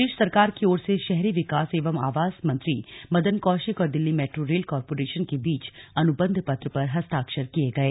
प्रदेश सरकार की ओर से शहरी विकास एवं आवास मंत्री मदन कौशिक और दिल्ली मेट्रो रेल कारर्पोरेशन के बीच अनुबन्ध पत्र पर हस्ताक्षर किये गये